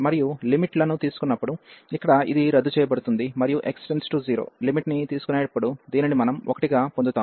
మరియు లిమిట్ లను తీసుకునేటప్పుడు ఇక్కడ ఇది రద్దు చేయబడుతుంది మరియు x → 0 లిమిట్ ని తీసుకునేటప్పుడు దీనిని మనం 1 గా పొందుతాము